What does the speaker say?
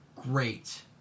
great